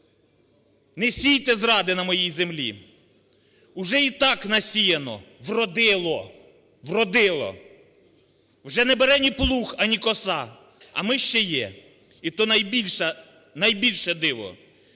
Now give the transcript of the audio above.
не сійте зради на моїй землі. Уже і так насіяно. Вродило, вродило. Вже не бере ні плуг, ані коса. А ми ще є. І то найбільше,